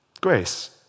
Grace